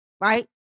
right